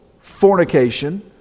fornication